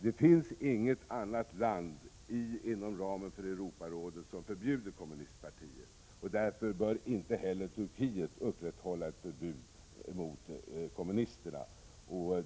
Det finns inget annat land inom Europarådet som förbjuder kommunistpartier, och därför bör inte heller Turkiet upprätthålla ett förbud mot kommunisterna.